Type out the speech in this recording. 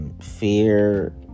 Fear